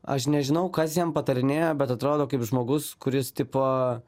aš nežinau kas jam patarinėja bet atrodo kaip žmogus kuris tipo